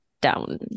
down